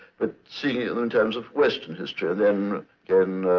but seeing it in in terms of western history, then then